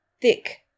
thick